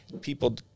People